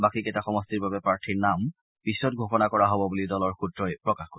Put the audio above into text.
বাকী কেইটা সমষ্টিৰ বাবে প্ৰাৰ্থীৰ নাম পিছত ঘোষণা কৰা হ'ব বুলি দলৰ সূত্ৰই প্ৰকাশ কৰে